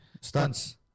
Stunts